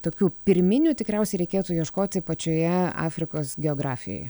tokių pirminių tikriausiai reikėtų ieškoti pačioje afrikos geografijoje